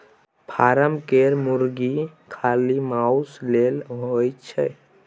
form केर मुरगी खाली माउस लेल होए छै